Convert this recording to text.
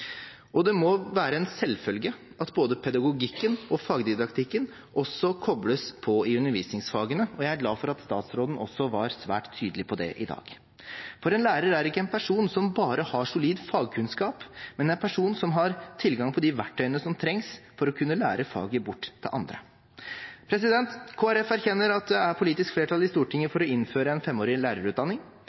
og det må være en selvfølge at både pedagogikken og fagdidaktikken også kobles på i undervisningsfagene. Jeg er glad for at statsråden også var svært tydelig på det i dag, for en lærer er ikke en person som bare har solid fagkunnskap, men en person som har tilgang på de verktøyene som trengs for å kunne lære faget bort til andre. Kristelig Folkeparti erkjenner at det er politisk flertall i Stortinget for å innføre en femårig lærerutdanning,